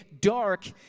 dark